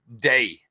day